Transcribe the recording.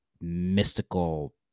mystical